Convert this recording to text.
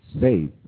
safe